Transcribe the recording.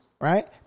Right